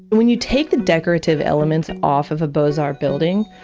when you take the decorative elements off of a beaux-art building,